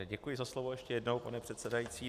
Děkuji za slovo ještě jednou, pane předsedající.